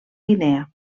guinea